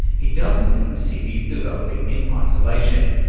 he doesn't mean cities developing in isolation.